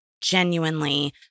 genuinely